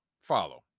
follow